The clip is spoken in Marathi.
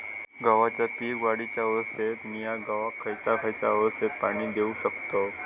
गव्हाच्या पीक वाढीच्या अवस्थेत मिया गव्हाक खैयचा खैयचा अवस्थेत पाणी देउक शकताव?